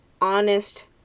honest